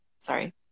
sorry